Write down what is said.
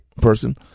person